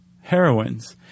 heroines